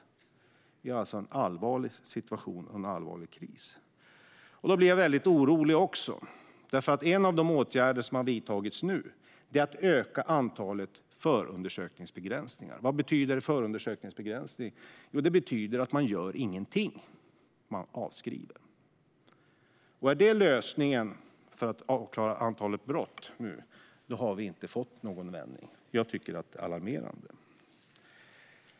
Det är alltså en allvarlig situation och en allvarlig kris. Då blir jag väldigt orolig. En av de åtgärder som har vidtagits nu är att öka antalet förundersökningsbegränsningar. Vad betyder förundersökningsbegränsning? Jo, det betyder att man gör ingenting. Man avskriver. Är det lösningen för att klara upp antalet brott har det inte blivit någon vändning. Jag tycker att det är alarmerande.